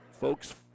folks